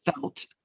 felt